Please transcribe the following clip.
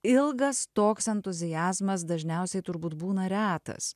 ilgas toks entuziazmas dažniausiai turbūt būna retas